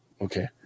Okay